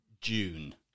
June